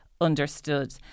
understood